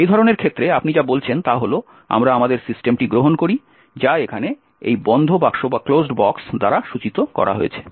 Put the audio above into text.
এই ধরনের ক্ষেত্রে আপনি যা বলছেন তা হল আমরা আমাদের সিস্টেমটি গ্রহণ করি যা এখানে এই বন্ধ বাক্স দ্বারা সূচিত করা হয়েছে